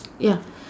ya